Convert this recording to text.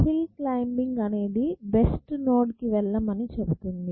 hill climbing అనేది best node కి వెళ్ళమని చెబుతుంది